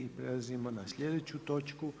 I prelazimo na sljedeću točku